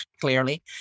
clearly